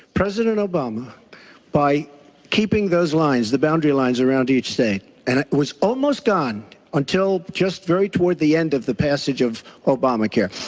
president obama by keeping those lines, the boundary lines around each state and it was almost done until just towards the end of the passage of obamacare.